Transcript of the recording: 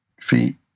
feet